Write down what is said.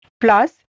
Plus